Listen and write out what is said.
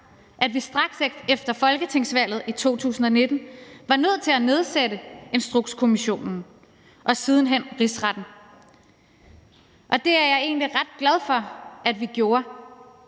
at vi straks efter folketingsvalget i 2019 var nødt til at nedsætte Instrukskommissionen og siden hen Rigsretten. Det er jeg egentlig ret glad for at vi gjorde,